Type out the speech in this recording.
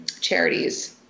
charities